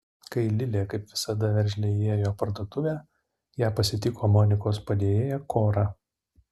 kai lilė kaip visada veržliai įėjo į parduotuvę ją pasitiko monikos padėjėja kora